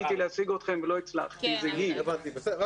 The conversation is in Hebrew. --- יש